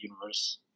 universe